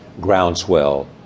groundswell